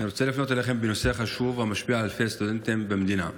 אני רוצה לפנות אליכם בנושא חשוב המשפיע על אלפי סטודנטים במדינה.